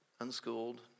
unschooled